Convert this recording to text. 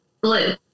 Blue